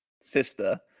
sister